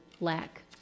lack